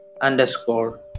Underscore